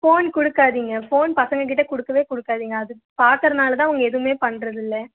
phone கொடுக்காதிங்க phone பசங்க கிட்ட கொடுக்கவே கொடுக்காதிங்க அது பார்க்கறனால தான் எதுவுமே பண்ணுறது இல்லை